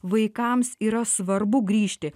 vaikams yra svarbu grįžti